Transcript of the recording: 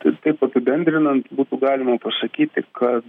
tai taip apibendrinant būtų galima pasakyti kad